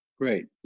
Great